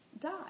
die